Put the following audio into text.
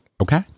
Okay